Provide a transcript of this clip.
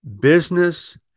business